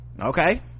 Okay